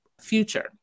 future